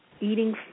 eating